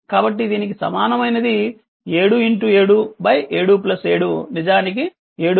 కాబట్టి దీనికి సమానమైనది 77 77 నిజానికి 72 Ω ఉంటుంది